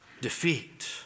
defeat